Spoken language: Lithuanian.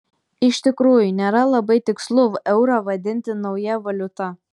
iš tikrųjų nėra labai tikslu eurą vadinti nauja valiuta